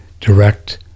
direct